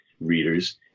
Readers